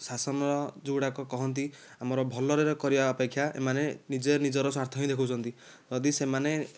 ଶାସନ ଯେଉଁଗୁଡ଼ିକ କହନ୍ତି ଆମର ଭଲରେ କରିବା ଅପେକ୍ଷା ଏମାନେ ନିଜେ ନିଜର ସ୍ୱାର୍ଥ ହିଁ ଦେଖୁଛନ୍ତି ଯଦି ସେମାନେ